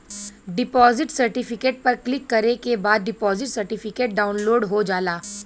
deposit certificate पर click करे के बाद डिपॉजिट सर्टिफिकेट डाउनलोड हो जाला